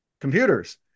computers